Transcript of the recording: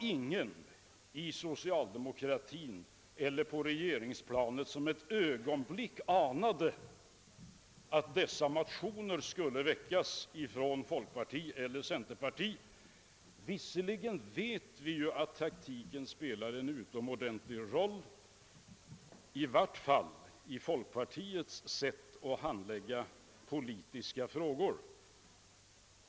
Ingen i socialdemokratin eller på regeringsplanet hade ett ögonblick anat att dessa folkpartioch centerpartimotioner skulle väckas, även om taktiken spelar utomordentligt stor roll — i varje fall inom folkpartiet — vid handläggning av politiska frågor.